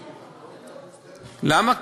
למה?